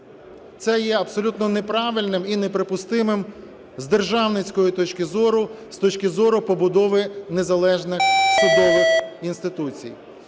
Це є абсолютно неправильним і неприпустимим з державницької точки зору, з точки зору побудови незалежних судових інституцій.